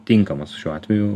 tinkamas šiuo atveju